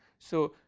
so,